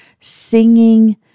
singing